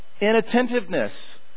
inattentiveness